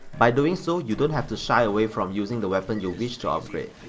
by doing so, you don't have to shy away from using the weapon you wish to upgrade.